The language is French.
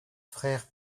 frères